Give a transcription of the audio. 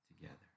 together